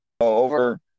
over